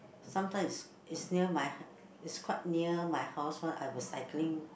sometimes is is near my h~ it's quite near my house one I will cycling